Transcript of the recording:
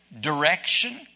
Direction